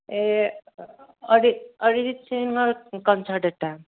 এই অৰি অৰিজিৎ সিঙৰ কনছাৰ্ট এটা